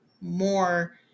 more